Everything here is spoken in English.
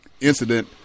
incident